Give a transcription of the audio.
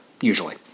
usually